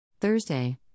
Thursday